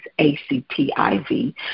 A-C-T-I-V